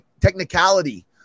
technicality